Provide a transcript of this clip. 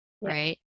Right